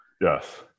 Yes